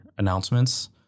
Announcements